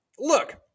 Look